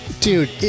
dude